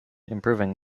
improving